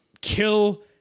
kill